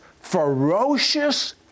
ferocious